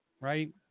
right